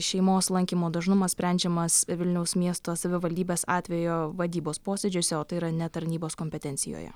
šeimos lankymo dažnumas sprendžiamas vilniaus miesto savivaldybės atvejo vadybos posėdžiuose o tai yra ne tarnybos kompetencijoje